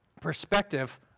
perspective